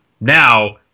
Now